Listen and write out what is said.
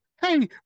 Hey